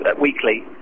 weekly